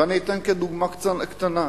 ואני אתן דוגמה קטנה.